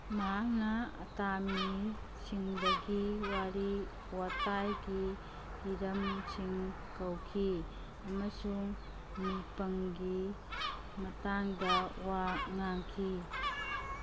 ꯃꯍꯥꯛꯅ ꯑꯇꯥꯃꯤꯁꯤꯡꯗꯒꯤ ꯋꯥꯔꯤ ꯋꯥꯇꯥꯏꯒꯤ ꯍꯤꯔꯝꯁꯤꯡ ꯀꯧꯈꯤ ꯑꯃꯁꯨꯡ ꯅꯤꯄꯪꯒꯤ ꯃꯇꯥꯡꯗ ꯋꯥ ꯉꯥꯡꯈꯤ